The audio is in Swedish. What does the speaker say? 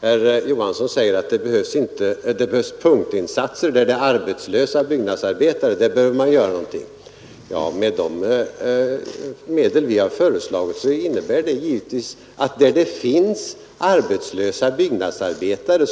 Herr Johansson säger nu att det behövs punktinsatser; där det finns arbetslösa byggnadsarbetare, där behöver man göra någonting. Ja, de medel vi har föreslagit skall givetvis utnyttjas där det finns arbetslösa byggnadsarbetare.